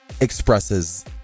expresses